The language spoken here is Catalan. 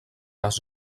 les